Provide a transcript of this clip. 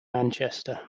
manchester